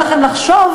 חברי וחברות כנסת.